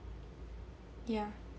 yeah